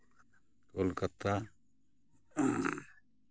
Kolkata